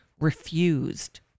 refused